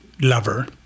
lover